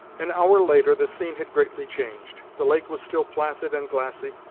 an hour later the scene had greatly changed. the lake was still placid and glassy,